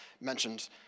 mentions